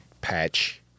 patch